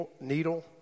needle